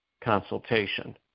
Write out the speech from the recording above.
consultation